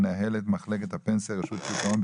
מנהלת מחלקת הפנסיה ברשות שוק ההון,